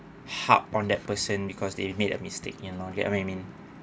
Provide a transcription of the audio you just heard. hard on that person because they made a mistake you know get what I mean